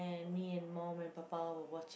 and me and mum and papa were watching